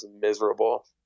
miserable